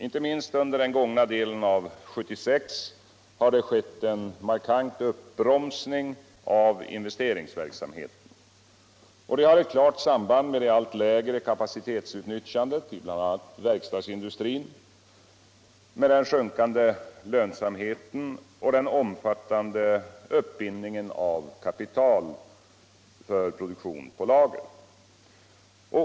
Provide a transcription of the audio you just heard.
Inte minst under den gångna delen av 1976 har det skett en markant uppbromsning av investeringsverksamheten. Detta har ett klart samband med det allt lägre kapacitetsutnyttjandet i bl.a. verkstadsindustrin, den sjunkande lönsamheten och den omfattande uppbindningen av kapital för produktion på lager.